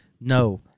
No